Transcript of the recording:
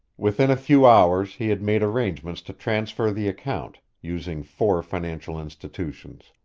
within a few hours he had made arrangements to transfer the account, using four financial institutions.